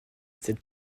cette